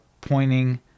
pointing